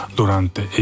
durante